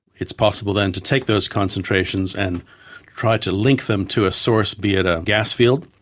it's possible then to take those concentrations and try to link them to a source, be it a gasfield,